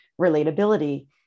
relatability